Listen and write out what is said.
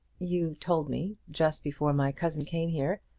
you told me, just before my cousin came here,